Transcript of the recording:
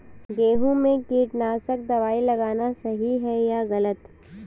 गेहूँ में कीटनाशक दबाई लगाना सही है या गलत?